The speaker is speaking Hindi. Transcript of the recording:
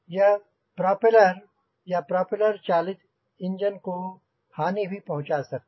यह प्रोपेलर या प्रोपेलर चलित इंजन को हानि भी पहुंँचा सकता है